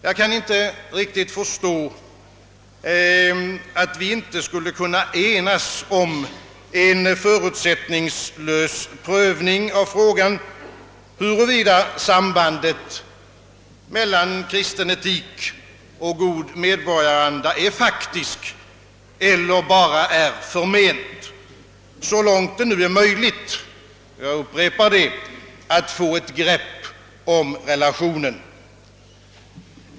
Jag kan inte riktigt förstå, att vi inte skulle kunna enas om en förutsättningslös prövning av frågan, huruvida sambandet mellan kristen etik och god medborgaranda är faktiskt eller bara förment — så långt det nu är möjligt, jag upprepar det, att få ett grepp om relationen.